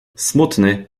smutny